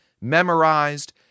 memorized